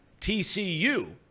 TCU